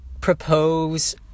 propose